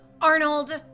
Arnold